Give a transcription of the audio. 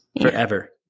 forever